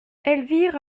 elvire